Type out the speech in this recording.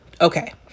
Okay